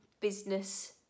business